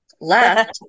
left